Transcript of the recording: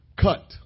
Cut